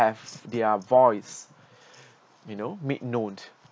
have their voice you know made known